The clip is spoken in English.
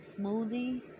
smoothie